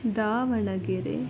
Davanagere